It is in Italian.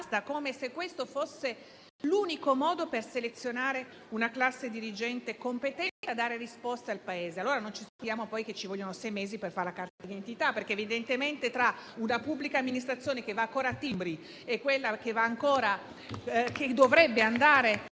basta, come se fossero l'unico modo per selezionare una classe dirigente competente a dare risposte al Paese. Non ci stupiamo poi che ci vogliano sei mesi per fare la carta d'identità, perché evidentemente tra una pubblica amministrazione che va ancora a timbri e quella che dovrebbe andare